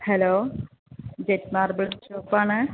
hello jet marble ഷോപ്പാണ്